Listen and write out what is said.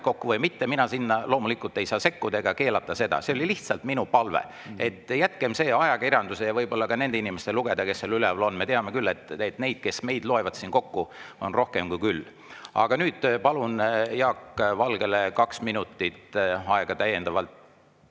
kokku või mitte, mina loomulikult ei saa sekkuda ega keelata seda. See oli lihtsalt minu palve. Jätkem see ajakirjanduse ja võib-olla ka nende inimeste lugeda, kes seal üleval on. Me teame, et neid, kes meid loevad siin kokku, on rohkem kui küll. Aga nüüd, palun Jaak Valgele kaks minutit aega juurde.